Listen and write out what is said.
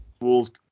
Wolves